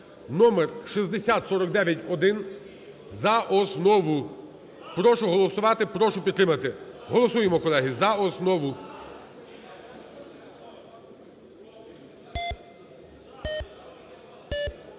(номер 6049-1) за основу. Прошу голосувати, прошу підтримати. Голосуємо, колеги, за основу. 12:08:07